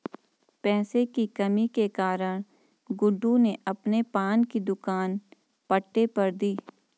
पैसे की कमी के कारण गुड्डू ने अपने पान की दुकान पट्टे पर दी